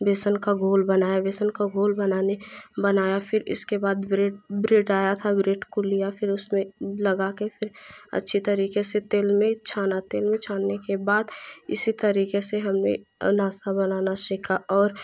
बेसन का घोल बनाया बेसन का घोल बनाने के बनाया फ़िर इसके बाद ब्रेड ब्रेड आया था ब्रेड को लिया फिर उसमें लगा के अच्छी तरीके से तेल में छाना तेल में छानने के बाद इसी तरीके से हम भी नास्ता बनाना सीखा और